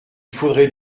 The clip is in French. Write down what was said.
faudrait